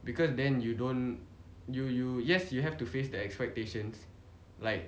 because then you don't you you yes you have to face the expectations like